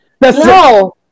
No